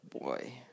boy